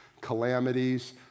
calamities